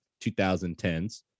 2010s